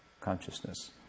consciousness